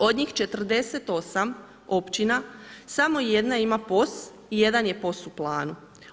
Od njih 48 općina samo jedna ima POS i jedan je POS u planu.